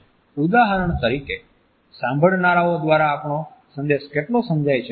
ઉદાહરણ તરીકે સાંભળનારાઓ દ્વારા આપણો સંદેશ કેટલો સમજાય છે